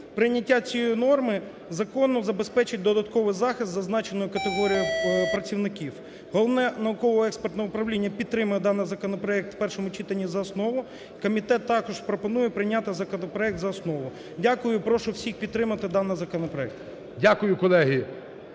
прийняття цієї норми закону забезпечить додатковий захист зазначеної категорії працівників. Головне науково-експертне управління підтримує даний законопроект в першому читанні за основу і комітет також пропонує прийняти законопроект за основу. Дякую і прошу всіх підтримати даний законопроект. ГОЛОВУЮЧИЙ. Дякую, колеги.